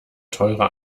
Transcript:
teure